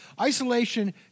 Isolation